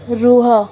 ରୁହ